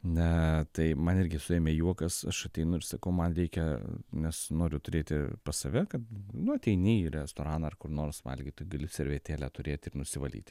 na tai man irgi suėmė juokas aš ateinu ir sakau man reikia nes noriu turėti pas save kad nu ateini į restoraną ar kur nors valgyti gali servetėlę turėti ir nusivalyti